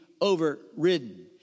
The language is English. overridden